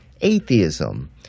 atheism